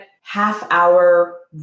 half-hour